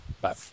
Bye